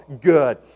good